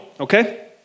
Okay